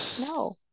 no